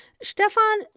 Stefan